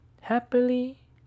happily